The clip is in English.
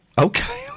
Okay